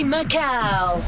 Macau